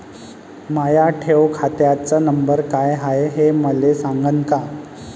माया ठेव खात्याचा नंबर काय हाय हे मले सांगान का?